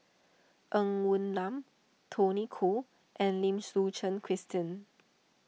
Ng Woon Lam Tony Khoo and Lim Suchen Christine